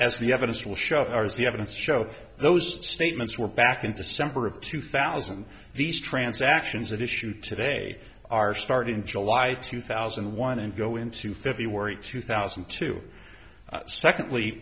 as the evidence will show as the evidence show those statements were back in december of two thousand these transactions that issue today are starting july two thousand and one and go into february two thousand and two secondly